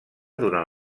durant